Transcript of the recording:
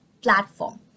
platform